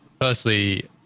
Firstly